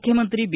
ಮುಖ್ಯಮಂತ್ರಿ ಬಿ